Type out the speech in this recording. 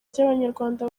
ry’abanyarwanda